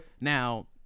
Now